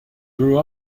grew